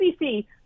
CBC